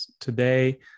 today